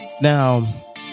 Now